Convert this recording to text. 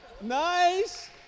Nice